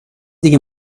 دیگه